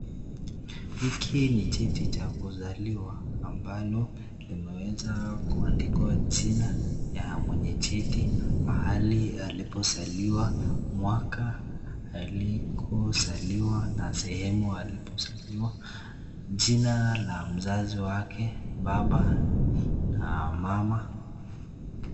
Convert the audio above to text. Hiki ni cheti cha kuzaliwa ambalo limeweza kuandikwa jina ya mwenye cheti, mahali alipozaliwa, mwaka, alikozaliwa na sehemu alipozaliwa, jina la mzazi wake baba na mama.